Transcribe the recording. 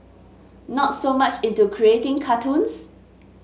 not so much into creating cartoons